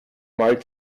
mal